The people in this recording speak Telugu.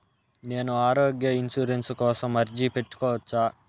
నేను ఆరోగ్య ఇన్సూరెన్సు కోసం అర్జీ పెట్టుకోవచ్చా?